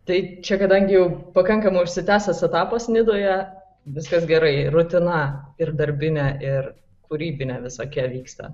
tai čia kadagi jau pakankamai užsitęsęs etapas nidoje viskas gerai rutina ir darbinė ir kūrybinė visokia vyksta